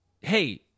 Hey